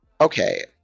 Okay